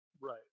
Right